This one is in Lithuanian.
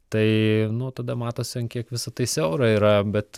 tai nu tada matosi ant kiek visa tai siaura yra bet